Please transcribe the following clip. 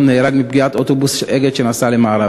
נהרג מפגיעת אוטובוס "אגד" שנסע למערב,